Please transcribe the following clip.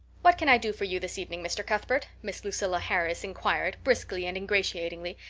what can i do for you this evening, mr. cuthbert? miss lucilla harris inquired, briskly and ingratiatingly,